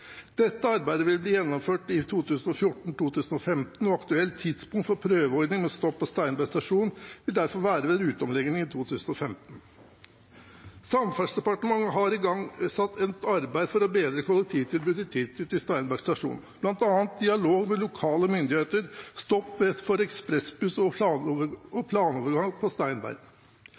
Dette arbeidet vil bli gjennomført i 2014–2015, og aktuelt tidspunkt for prøveordning med stopp på Steinberg stasjon vil derfor være ved ruteomleggingen i 2015. Samferdselsdepartementet har igangsatt et arbeid for å bedre kollektivtilbudet i tilknytning til Steinberg stasjon – bl.a. dialog med lokale myndigheter, stopp for ekspressbuss og planovergang på Steinberg.